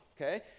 okay